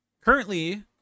Currently